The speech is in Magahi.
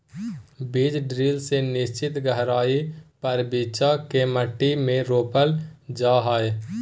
बीज ड्रिल से निश्चित गहराई पर बिच्चा के मट्टी में रोपल जा हई